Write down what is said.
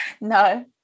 No